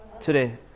today